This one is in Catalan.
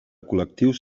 col·lectius